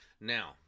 Now